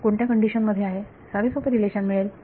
कोणत्या कंडिशन मध्ये आहे साधेसोपे रिलेशन मिळेल